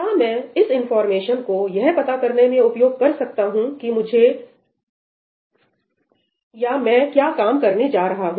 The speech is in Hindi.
क्या मैं इस इंफॉर्मेशन को यह पता करने में उपयोग कर सकता हूं कि मैं क्या काम करने जा रहा हूं